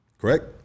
correct